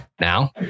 Now